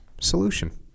solution